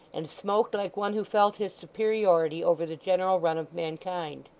and smoked like one who felt his superiority over the general run of mankind.